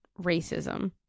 racism